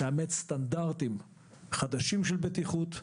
היא תאמץ סטנדרטים חדשים של בטיחות.